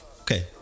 okay